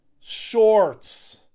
shorts